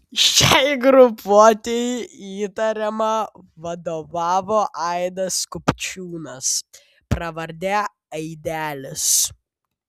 šiai grupuotei įtariama vadovavo aidas kupčiūnas pravarde aidelis